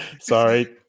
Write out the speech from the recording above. Sorry